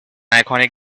iconic